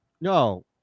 No